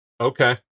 okay